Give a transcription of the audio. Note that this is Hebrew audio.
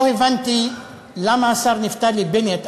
לא הבנתי למה השר נפתלי בנט,